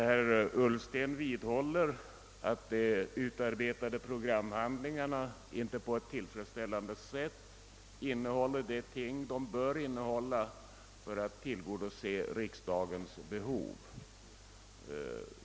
Herr talman! Herr Ullsten vidhåller att de utarbetade programhandlingarna inte på ett tillfredsställande sätt innehåller de ting de bör innehålla för att tillgodose riksdagens behov.